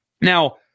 Now